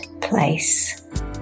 place